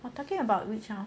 you're talking about which now